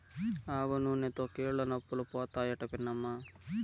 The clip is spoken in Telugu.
ఆవనూనెతో కీళ్లనొప్పులు పోతాయట పిన్నమ్మా